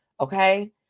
Okay